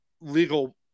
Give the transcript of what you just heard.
legal